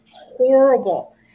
horrible